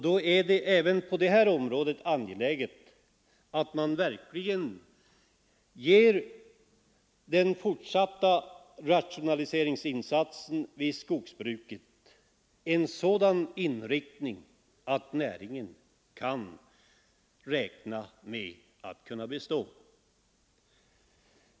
Då är det angeläget att man även på det här området ger den fortsatta rationaliseringsinsatsen vid skogsbruket en sådan inriktning att näringen kan räkna med ätt bestå.